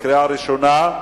קריאה ראשונה.